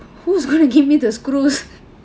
who's gonna give me the screws